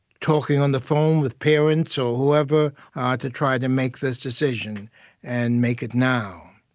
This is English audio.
talking on the phone with parents or whoever ah to try to make this decision and make it now.